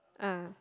ah